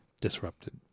Disrupted